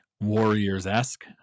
Warriors-esque